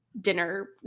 dinner